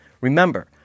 Remember